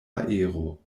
aero